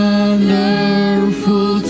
Wonderful